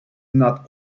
not